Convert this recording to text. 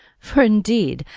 for, indeed,